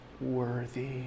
worthy